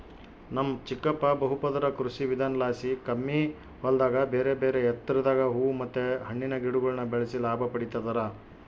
ನಮ್ ಚಿಕ್ಕಪ್ಪ ಬಹುಪದರ ಕೃಷಿವಿಧಾನಲಾಸಿ ಕಮ್ಮಿ ಹೊಲದಾಗ ಬೇರೆಬೇರೆ ಎತ್ತರದಾಗ ಹೂವು ಮತ್ತೆ ಹಣ್ಣಿನ ಗಿಡಗುಳ್ನ ಬೆಳೆಸಿ ಲಾಭ ಪಡಿತದರ